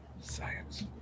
science